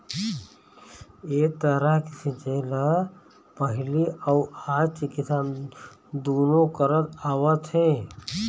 ए तरह के सिंचई ल पहिली अउ आज के किसान दुनो करत आवत हे